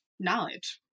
knowledge